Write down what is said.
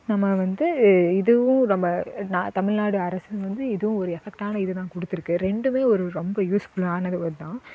நம்ம வந்து இதுவும் ரொம்ப நா தமிழ்நாடு அரசு வந்து இதுவும் ஒரு எஃபெக்டான இது தான் கொடுத்துருக்கு ரெண்டும் ஒரு ரொம்ப யூஸ்ஃபுல்லானது ஒரு இதான்